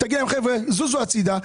תגיד להם זוזו הצידה,